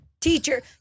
teacher